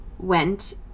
went